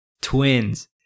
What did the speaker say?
Twins